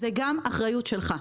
זו גם אחריות שלך.